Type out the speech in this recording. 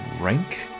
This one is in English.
rank